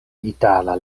itala